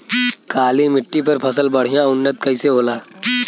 काली मिट्टी पर फसल बढ़िया उन्नत कैसे होला?